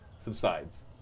subsides